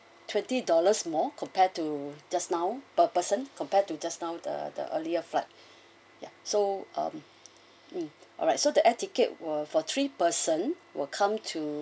twenty dollars more compared to just now per person compared to just now the the earlier flight ya so um mm alright so the air ticket were for three person will come to